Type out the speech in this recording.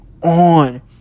on